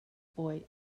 boy